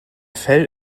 fell